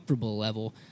level